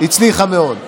הצליחה מאוד.